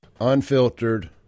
Unfiltered